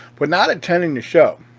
but not attending the show.